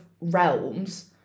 realms